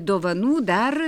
dovanų dar